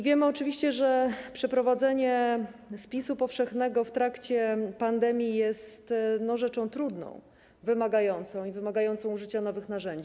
Wiemy oczywiście, że przeprowadzenie spisu powszechnego w trakcie pandemii jest rzeczą trudną, wymagającą i wymagającą użycia nowych narzędzi.